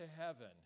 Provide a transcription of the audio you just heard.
heaven